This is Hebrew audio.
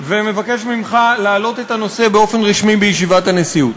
ומבקש ממך להעלות את הנושא באופן רשמי בישיבת הנשיאות.